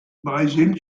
brésil